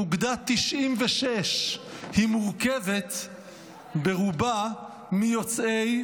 אוגדה 96. היא מורכבת ברובה מיוצאי